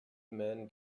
man